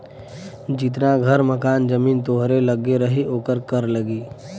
जितना घर मकान जमीन तोहरे लग्गे रही ओकर कर लगी